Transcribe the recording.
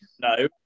no